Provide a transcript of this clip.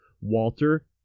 Walter